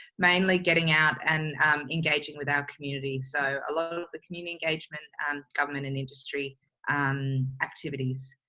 mainly getting out and engaging with our community. so a lot of the community engagement and government and industry activities.